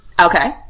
Okay